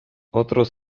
otros